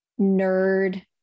nerd